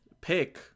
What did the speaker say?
pick